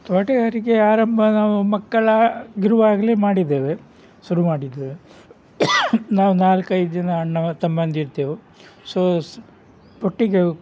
ತೋಟಗಾರಿಕೆ ಆರಂಭ ನಾವು ಮಕ್ಕಳಾಗಿರುವಾಗ್ಲೆ ಮಾಡಿದ್ದೇವೆ ಶುರು ಮಾಡಿದ್ದೇವೆ ನಾವು ನಾಲ್ಕೈದು ಜನ ಅಣ್ಣ ತಮ್ಮಂದಿರಿರ್ತೆವು ಸೊ ಸ್ ಒಟ್ಟಿಗೆ